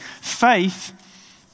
Faith